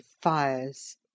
fires